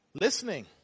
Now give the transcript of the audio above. Listening